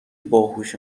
باهوش